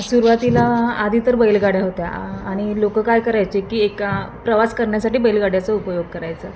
सुरुवातीला आधी तर बैलगाड्या होत्या आ आणि लोक काय करायचे की एका प्रवास करण्यासाठी बैलगाड्यांचा उपयोग करायचा